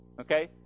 Okay